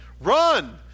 run